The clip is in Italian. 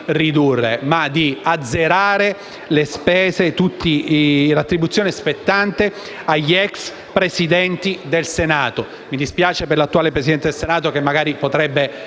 ma di azzerare qualsiasi attribuzione spettante agli ex Presidenti del Senato. Mi dispiace per l'attuale Presidente del Senato, che magari potrebbe